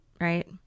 right